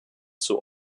zur